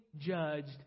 judged